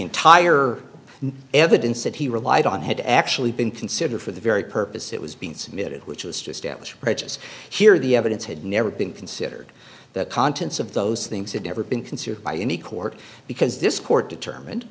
entire evidence that he relied on had actually been considered for the very purpose it was being submitted which is just outrageous here the evidence had never been considered that contents of those things had ever been considered by any court because this court determined